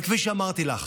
אבל כפי שאמרתי לך,